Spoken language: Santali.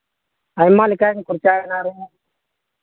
ᱟᱭᱢᱟ ᱞᱮᱠᱟ ᱠᱷᱚᱨᱪᱟᱭᱮᱱᱟ